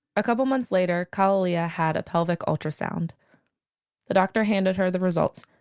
a couple months later, kalalea had a pelvic ultrasound the doctor handed her the results.